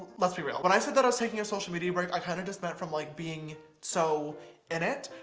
let's be real, when i said that i was taking a social media break, i kind of just meant from like being so in it.